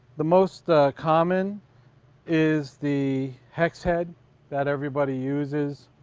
the most common is the hex head that everybody uses.